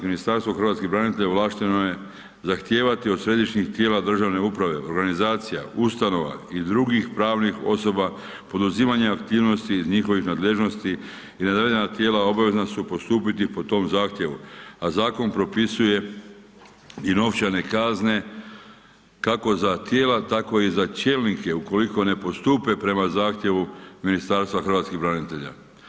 Ministarstvo hrvatskih branitelja ovlašteno je zahtijevati od središnjih tijela državne uprave, organizacija, ustanova i dr. pravnih osoba poduzimanje aktivnosti iz njihovih nadležnosti i navedena tijela obavezna su postupiti po tom zahtjevu a zakon propisuje i novčane kazne kako za tijela tako i za čelnike ukoliko ne postupe prema zahtjevu Ministarstva hrvatskih branitelja.